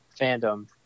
fandom